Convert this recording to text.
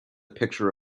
picture